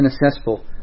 inaccessible